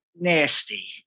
nasty